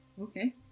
Okay